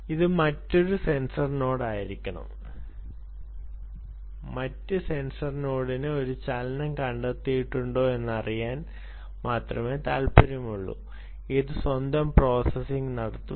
അത് മറ്റൊരു sensor node ആയിരിക്കണം മറ്റ് സെൻസർ നോഡിന് ഒരു ചലനം കണ്ടെത്തിയിട്ടുണ്ടോ എന്ന് അറിയാൻ മാത്രമേ താൽപ്പര്യമുള്ളൂ അത് സ്വന്തം പ്രോസസ്സിംഗ് നടത്തും